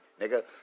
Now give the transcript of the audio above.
Nigga